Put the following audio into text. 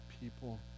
people